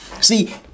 See